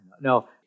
No